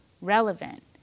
relevant